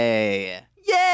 yay